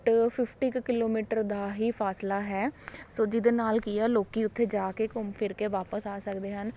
ਟ ਫਿਫਟੀ ਕੁ ਕਿਲੋਮੀਟਰ ਦਾ ਹੀ ਫ਼ਾਸਲਾ ਹੈ ਸੋ ਜਿਹਦੇ ਨਾਲ ਕੀ ਆ ਲੋਕੀਂ ਉੱਥੇ ਜਾ ਕੇ ਘੁੰਮ ਫਿਰ ਕੇ ਵਾਪਸ ਆ ਸਕਦੇ ਹਨ